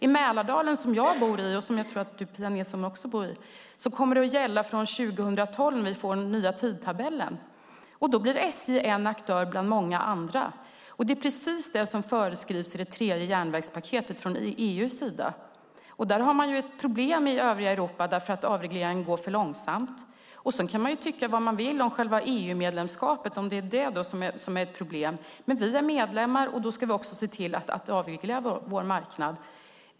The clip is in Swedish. I Mälardalen som jag bor i, och som jag tror att även Pia Nilsson bor i, kommer den att gälla från 2012 då vi får den nya tidtabellen. Då blir SJ en aktör bland många andra. Det är precis det som föreskrivs i det tredje järnvägspaketet från EU:s sida. Där har man ett problem i övriga Europa därför att avregleringen går för långsamt. Sedan kan man tycka vad man vill om själva EU-medlemskapet, om det är det som är ett problem. Men vi är medlem, och då ska vi se till att avreglera vår marknad.